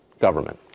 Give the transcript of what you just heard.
government